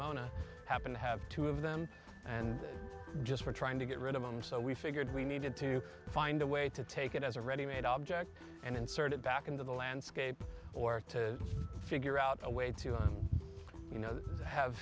mona happen to have two of them and they just were trying to get rid of them so we figured we needed to find a way to take it as a ready made object and insert it back into the landscape or to figure out a way to you know tha